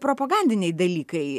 propogandiniai dalykai